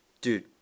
dude